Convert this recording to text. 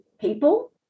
people